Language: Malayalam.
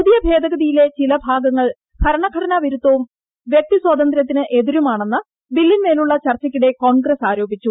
പുതിയ ഭേദഗതിയിലെ ചില ഭാഗങ്ങൾ ഭരണഘടനാ വിരുദ്ധവും വ്യക്തി സ്വാതന്ത്ര്യത്തിന് എതിരുമാണെന്ന് ബില്ലിന്മേലുള്ള ചർച്ചയ്ക്കിടെ കോൺഗ്രസ് ആരോപിച്ചു